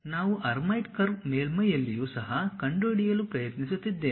ನಾವು Hermite curve ಮೇಲ್ಮೈಯಲ್ಲಿಯೂ ಸಹ ಕಂಡುಹಿಡಿಯಲು ಪ್ರಯತ್ನಿಸುತ್ತಿದ್ದೇವೆ